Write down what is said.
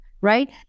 right